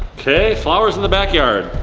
okay, flowers in the backyard,